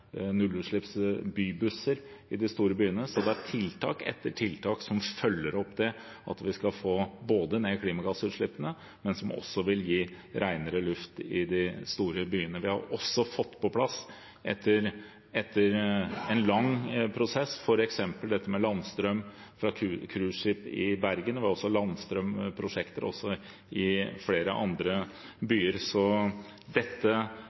nullutslippsbybusser i de store byene. Så det er tiltak etter tiltak som følger opp det at vi skal få ned klimagassutslippene, men som også vil gi renere luft i de store byene. Vi har også fått på plass, etter en lang prosess, f.eks. dette med landstrøm for cruiseskip i Bergen, og det er landstrømprosjekter også i flere andre byer. Så dette